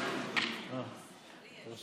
שאלה